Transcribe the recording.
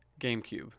GameCube